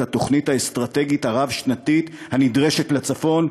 התוכנית האסטרטגית הרב-שנתית הנדרשת לצפון?